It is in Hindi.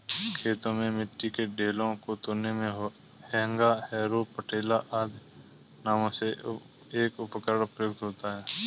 खेतों में मिट्टी के ढेलों को तोड़ने मे हेंगा, हैरो, पटेला आदि नामों से एक उपकरण प्रयुक्त होता है